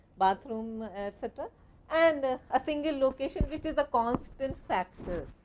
bathroom etcetera and a ah single location, which is the constant factor,